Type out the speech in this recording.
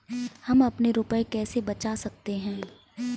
हम अपने रुपये कैसे बचा सकते हैं?